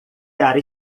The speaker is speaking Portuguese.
era